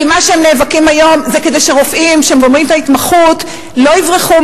כי הם נאבקים היום כדי שרופאים שגומרים את ההתמחות לא יברחו